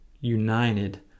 united